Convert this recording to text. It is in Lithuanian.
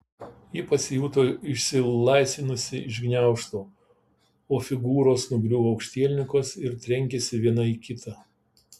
ji pasijuto išsilaisvinusi iš gniaužtų o figūros nugriuvo aukštielninkos ir trenkėsi viena į kitą